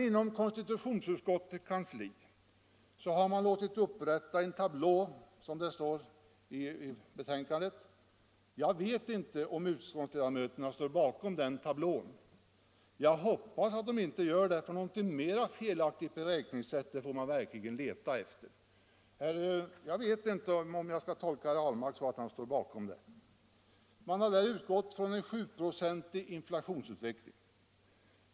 Inom konstitutionsutskottets kansli har man låtit upprätta en tablå, som det heter i betänkandet. Jag känner inte till om utskottsledamöterna står bakom den tablån; jag hoppas att de inte gör det, för något mera felaktigt beräkningssätt får man verkligen leta efter. Jag vet inte om jag skall tolka herr Ahlmark så, att han står bakom den. Man har utgått från en 7-procentig inflationsutveckling.